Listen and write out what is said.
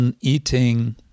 eating